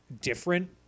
different